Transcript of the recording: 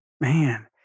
Man